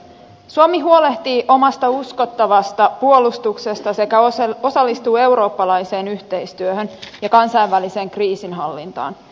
suomi huolehtii omasta uskottavasta puolustuksesta sekä osallistuu eurooppalaiseen yhteistyöhön ja kansainväliseen kriisinhallintaan